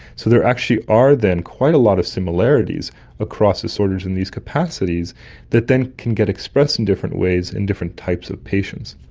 so there actually are then quite a lot of similarities across disorders in these capacities that then can get expressed in different ways in different types of patients.